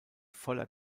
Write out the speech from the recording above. voller